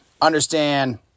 understand